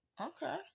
okay